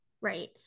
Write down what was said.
right